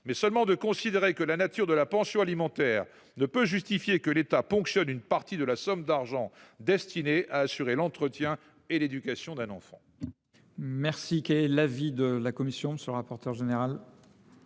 s’agit seulement de considérer que la nature de la pension alimentaire ne peut pas justifier que l’État ponctionne une partie de la somme d’argent destinée à assurer l’entretien et l’éducation d’un enfant.